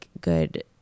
good